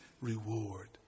reward